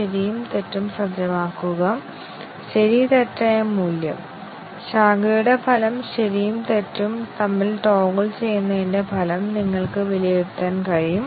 രണ്ടാമത്തെ എക്സ്പ്രെഷൻ ശരിയാണോ തെറ്റാണോ എന്ന് കംപൈലർ പരിശോധിക്കില്ല